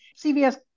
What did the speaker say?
CVS